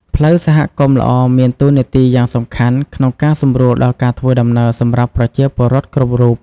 ផ្លូវសហគមន៍ល្អមានតួនាទីយ៉ាងសំខាន់ក្នុងការសម្រួលដល់ការធ្វើដំណើរសម្រាប់ប្រជាពលរដ្ឋគ្រប់រូប។